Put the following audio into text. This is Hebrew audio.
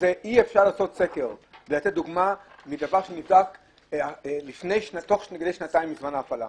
אי-אפשר לעשות סקר ולתת דוגמה מדבר שנבדק תוך שנתיים מזמן ההפעלה.